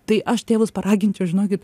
tai aš tėvus paraginčiau žinokit